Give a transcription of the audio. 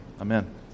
amen